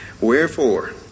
Wherefore